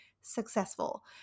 successful